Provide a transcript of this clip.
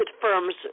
firms